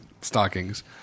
stockings